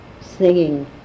singing